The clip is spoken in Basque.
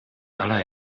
hala